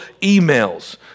emails